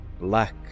black